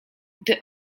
gdy